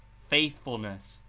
faithfulness,